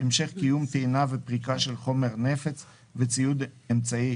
המשך קיום טעינה ופריקה של חומרי נפץ וציוד אמצעי